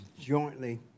jointly